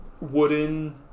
wooden